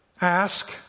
ask